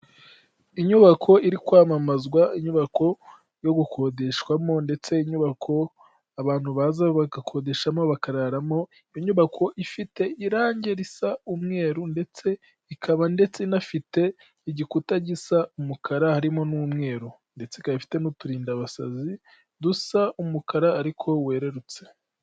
Inyubako iri kwamamazwa, inyubako yo gukodeshwamo, ndetse inyubako abantu baza bagakodeshamo bakararamo, inyubako ifite irangi risa umweru ndetse ikaba ndetse inafite igikuta gisa umukara harimo n'umweru. Ndetse ikaba ifite n'uturindabasazi dusa umukara ariko werurutse.